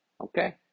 okay